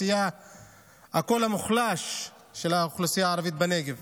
הקול המוחלש של האוכלוסייה הערבית בנגב.